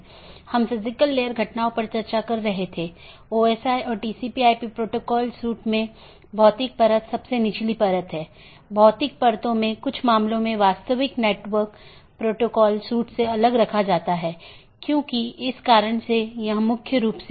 जैसा कि हम पिछले कुछ लेक्चरों में आईपी राउटिंग पर चर्चा कर रहे थे आज हम उस चर्चा को जारी रखेंगे